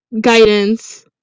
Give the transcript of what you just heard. guidance